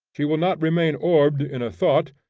she will not remain orbed in a thought,